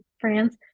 France